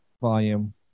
volume